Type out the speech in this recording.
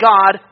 God